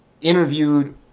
interviewed